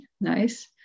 nice